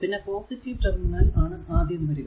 പിന്നെ positive terminal ആണ് ആദ്യം വരിക